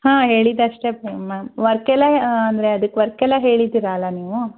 ಹಾಂ ಹೇಳಿದಷ್ಟೇ ಮ್ಯಾಮ್ ವರ್ಕೆಲ್ಲ ಅಂದರೆ ಅದಕ್ಕೆ ವರ್ಕೆಲ್ಲ ಹೇಳಿದ್ದೀರ ಅಲ್ವಾ ನೀವು